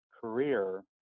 career